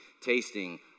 tasting